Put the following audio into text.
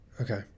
Okay